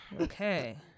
okay